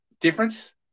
difference